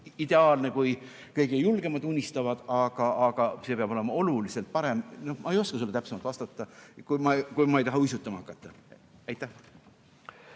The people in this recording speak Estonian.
ideaalne, kui kõige julgemad unistavad, aga see peab olema oluliselt parem. Ma ei oska sulle täpsemalt vastata, kui ma ei taha uisutama hakata. Aitäh,